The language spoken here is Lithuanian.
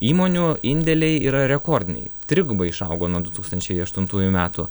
įmonių indėliai yra rekordiniai trigubai išaugo nuo du tūkstančiai aštuntųjų metų